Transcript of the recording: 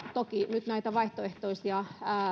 toki nyt näitä vaihtoehtoisia